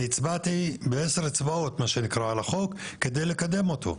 אני הצבעתי בעשר אצבעות על החוק כדי לקדם אותו.